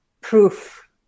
proof